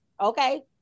Okay